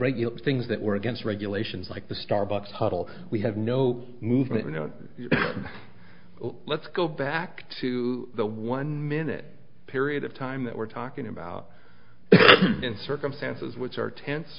regular things that were against regulations like the starbucks huddle we have no movement no let's go back to the one minute period of time that we're talking about in circumstances which are ten